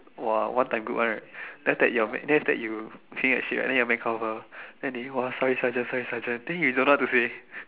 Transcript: !wah! one time good one right then after your after you clean that shit right then you man come over then they !wah! sorry sergeant sorry sergeant then you don't know what to say